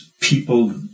people